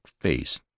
face